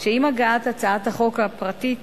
שעם הגעת הצעת החוק הפרטית